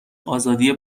آزادی